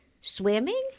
swimming